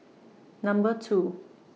Number two